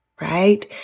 right